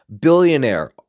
Billionaire